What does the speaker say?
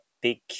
big